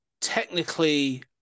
technically